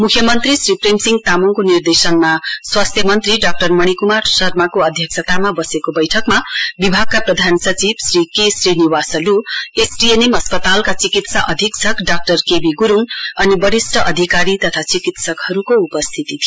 मुख्यमन्त्री श्री प्रेम सिंह तामाङको निर्देशनमा स्वास्थ्य मन्त्री डा मणिकुमार शर्माको अध्यक्षतामा बसेको बैठकमा विभागका प्रधान सचिव श्री के श्रीनिवासल एसटीएनएम अस्पतालका चिकित्सा अधीक्षक डाक्टर केबी गुरूङ अनि वरिष्ठ अधिकारी तथा चिकित्सहरूको उपस्थिति थियो